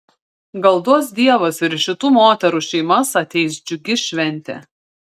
gal duos dievas ir į šitų moterų šeimas ateis džiugi šventė